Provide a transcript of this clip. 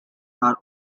are